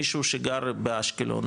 מישהו שגר באשקלון,